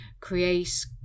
create